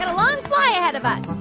ah long fly ahead of us.